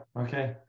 okay